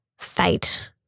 fate